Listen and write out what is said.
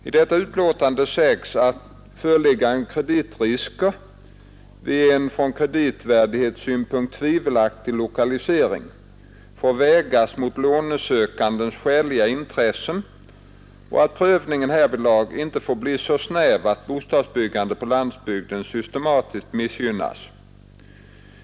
I detta utlåtande sägs att föreliggande kreditrisker vid en från kreditvärdesynpunkt tvivelaktig lokalisering får vägas mot lånesökandens skäliga intressen och att prövningen härvid inte får bli så snäv att bostadsbyggandet på landsbygden systematiskt missgynnas.